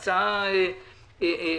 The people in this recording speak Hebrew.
זאת הצעה לסדר